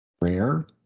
rare